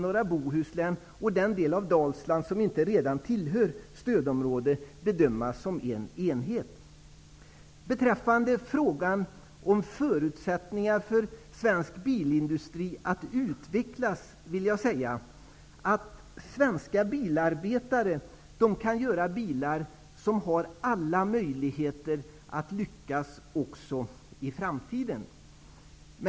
norra Bohuslän och den del av Dalsland som inte redan tillhör stödområde bedömas som en enhet. Beträffande förutsättningarna för svensk bilindustri att utvecklas kan svenska bilarbetare tillverka bilar som har alla möjligheter att göra succé också i framtiden.